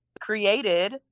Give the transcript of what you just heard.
created